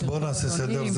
אז בואו נעשה סדר.